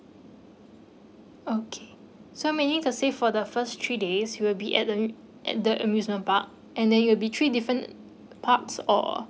okay so meaning to say for the first three days we'll be at the at the amusement park and then you will be three different parks or